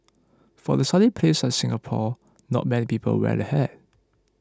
for The Sunny place like Singapore not many people wear a hat